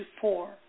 four